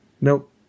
Nope